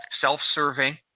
self-serving